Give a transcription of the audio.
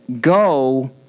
Go